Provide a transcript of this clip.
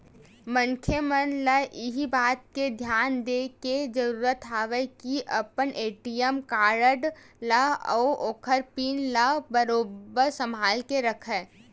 मनखे मन ल इही बात के धियान देय के जरुरत हवय के अपन ए.टी.एम कारड ल अउ ओखर पिन ल बरोबर संभाल के रखय